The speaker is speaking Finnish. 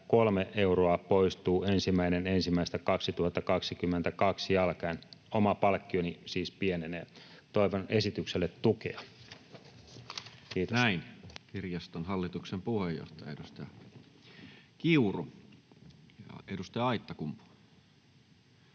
463 euroa poistuu 1.1.2022 alkaen. Oma palkkioni siis pienenee. Toivon esitykselle tukea. Näin, kirjaston hallituksen puheenjohtaja, edustaja Kiuru. — Edustaja Aittakumpu,